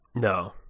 No